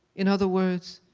in other words,